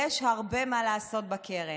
יש הרבה מה לעשות בקרן,